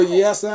yes